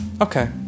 Okay